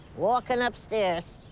walking up stairs.